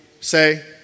say